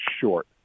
short